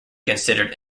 considered